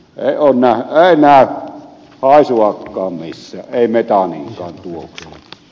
ei näy haisuakkaan missään ei metaaninkaan tuoksua